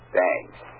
Thanks